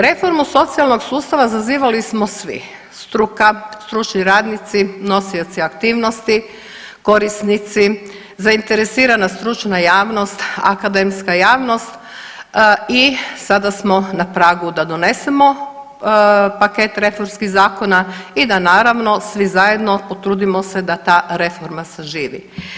Reformu socijalnog sustava zazivali smo svi, struka, stručni radnici, nosioci aktivnosti, korisnici, zainteresirana stručna javnost, akademska javnost i sada smo na pragu da donesemo paket reformskih zakona i da naravno svi zajedno potrudimo se da ta reforma saživi.